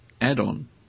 add-on